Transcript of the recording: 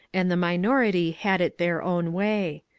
and the minority had it their own way.